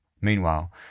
Meanwhile